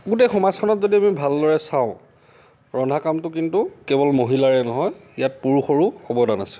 গোটেই সমাজখনত যদি আমি ভালদৰে চাওঁ ৰন্ধা কামটো কিন্তু কেৱল মহিলাৰে নহয় ইয়াত পুৰুষৰো অৱদান আছে